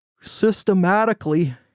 systematically